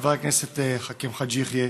חבר הכנסת חאג' יחיא.